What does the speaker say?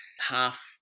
half